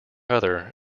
other